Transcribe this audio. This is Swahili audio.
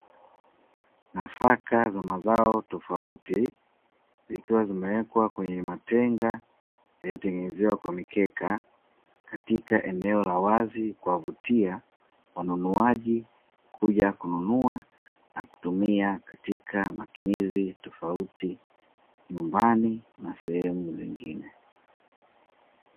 Nafaka za mazao tofauti zikiwa zimewekwa kwenye matenga yaliyo tengenezewa kwa mikeka, katika eneo la wazi kuwavutia wanunuaji kuja kununua na kutumia katika matumizi tofauti nyumbani na sehemu zingine.